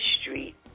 street